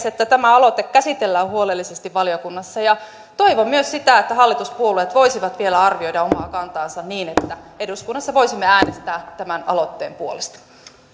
että tämä aloite käsitellään huolellisesti valiokunnassa ja toivon myös sitä että hallituspuolueet voisivat vielä arvioida omaa kantaansa jotta eduskunnassa voisimme äänestää tämän aloitteen puolesta